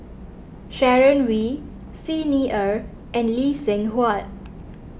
Sharon Wee Xi Ni Er and Lee Seng Huat